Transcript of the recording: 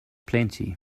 plenty